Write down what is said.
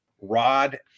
Rod